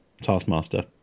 Taskmaster